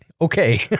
okay